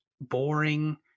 boring